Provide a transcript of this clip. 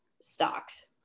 stocks